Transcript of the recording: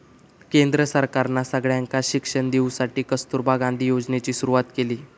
केंद्र सरकारना सगळ्यांका शिक्षण देवसाठी कस्तूरबा गांधी योजनेची सुरवात केली